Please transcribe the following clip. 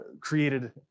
created